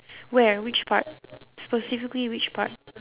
where which part specifically which part